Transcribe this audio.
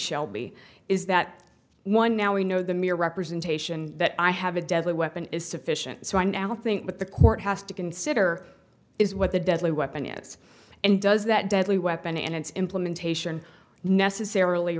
shelby is that one now we know the mere representation that i have a deadly weapon is sufficient so i now think what the court has to consider is what the deadly weapon is and does that deadly weapon and its implementation necessarily